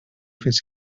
fins